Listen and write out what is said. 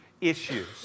issues